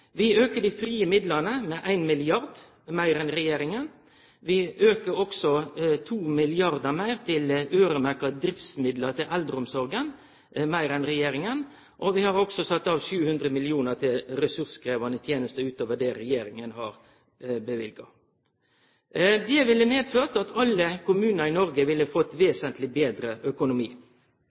Vi aukar dei frie midlane med 1 mrd. kr meir enn regjeringa, vi aukar med 2 mrd. kr meir enn regjeringa i øyremerkte driftsmidlar til eldreomsorga, og vi har sett av til ressurskrevjande tenester 700 mill. kr meir enn regjeringa har løyvd. Det ville medført at alle kommunar i Noreg ville fått vesentleg betre økonomi.